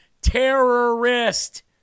terrorist